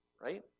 right